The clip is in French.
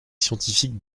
scientifique